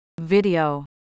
Video